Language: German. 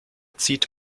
zieht